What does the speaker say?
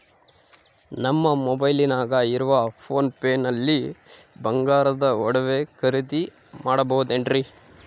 ನಮ್ಮ ಮೊಬೈಲಿನಾಗ ಇರುವ ಪೋನ್ ಪೇ ನಲ್ಲಿ ಬಂಗಾರದ ಒಡವೆ ಖರೇದಿ ಮಾಡಬಹುದೇನ್ರಿ?